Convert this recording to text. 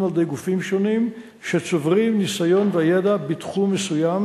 על-ידי גופים שונים שצוברים ניסיון וידע בתחום מסוים